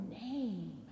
name